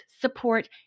support